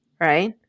Right